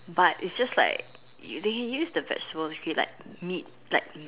but it's just like they can use the vegetables if you like meat like